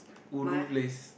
ulu place